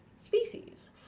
species